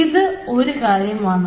ഇത് ഒരു കാര്യമാണ്